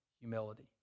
humility